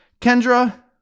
Kendra